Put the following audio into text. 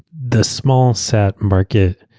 the smallsat market,